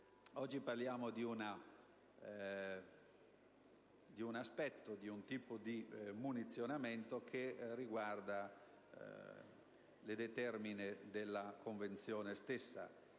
Oggi parliamo di un aspetto, di un tipo di munizionamento che riguarda le prescrizioni della Convenzione stessa: